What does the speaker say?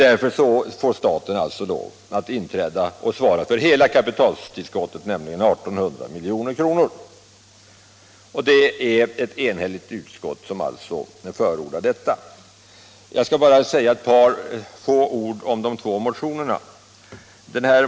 Därför får staten svara för hela kapitaltillskottet, I 800 milj.kr. Det är ett enhälligt utskott som förordar detta. åt Jag skall bara säga några ord om de två motionerna.